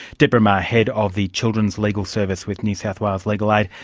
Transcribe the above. deborah maher, head of the children's legal service with new south wales legal aid,